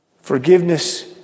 Forgiveness